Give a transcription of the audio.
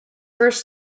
first